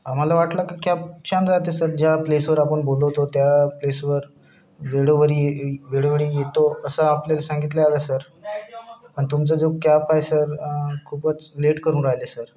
आम्हाला वाटलं की कॅब छान राहते सर ज्या प्लेसवर आपण बोलवतो त्या प्लेसवर वेळोवेळी वेळोवेळी येतो असा आपल्याला सांगितले आला सर पण तुमचा जो कॅप आहे सर खूपच लेट करून राहिले सर